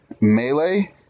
melee